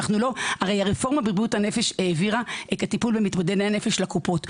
הרי הרפורמה בבריאות הנפש העבירה את הטיפול במתמודדי הנפש לקופות,